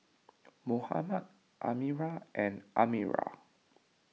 Muhammad Amirah and Amirah